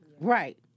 Right